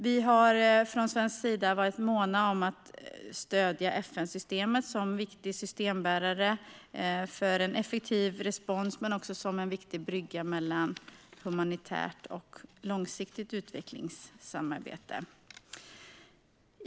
Vi har från svensk sida varit måna om att stödja FN-systemet som viktig systembärare för en effektiv respons men också som en viktig brygga mellan humanitärt och långsiktigt utvecklingssamarbete.